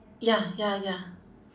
ya ya ya